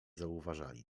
zauważali